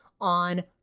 on